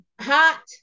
hot